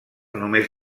només